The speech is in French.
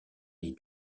est